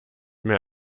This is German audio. mehr